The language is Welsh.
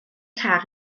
car